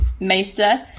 maester